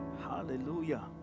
Hallelujah